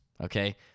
okay